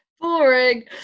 boring